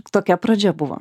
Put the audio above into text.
tokia pradžia buvo